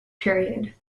period